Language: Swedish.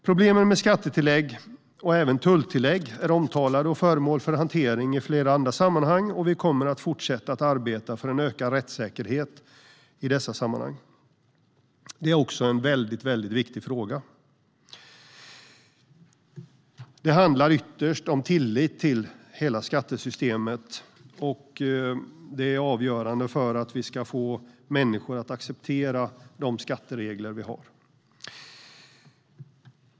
Problemen med skattetillägg och även tulltillägg är omtalade och föremål för hantering i flera andra sammanhang, och vi kommer att fortsätta att arbeta för en ökad rättssäkerhet på detta område. Det är också en väldigt viktig fråga. Det handlar ytterst om tillit till hela skattesystemet, och det är avgörande för att människor ska acceptera de skatteregler som vi har.